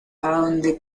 adonde